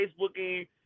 Facebooking